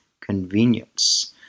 convenience